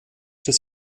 des